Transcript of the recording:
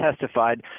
testified